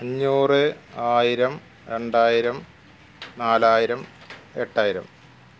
അഞ്ഞൂറ് ആയിരം രണ്ടായിരം നാലായിരം എട്ടായിരം